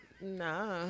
Nah